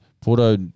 Porto